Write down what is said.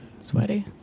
sweaty